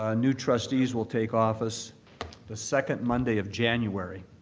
ah new trustees will take office the second monday of january.